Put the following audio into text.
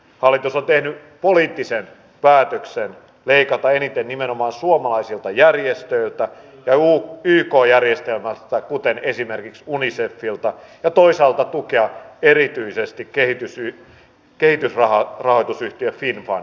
hallitus on tehnyt poliittisen päätöksen leikata eniten nimenomaan suomalaisilta järjestöiltä ja yk järjestelmästä kuten esimerkiksi unicefilta ja toisaalta tukea erityisesti kehitysrahoitusyhtiö finn fundia